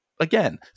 Again